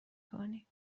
کنی